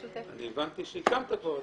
הבנתי שהקמת כבר.